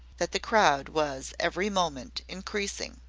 that the crowd was every moment increasing.